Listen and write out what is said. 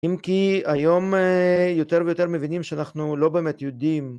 אם כי היום יותר ויותר מבינים שאנחנו לא באמת יודעים